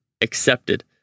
accepted